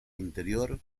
interior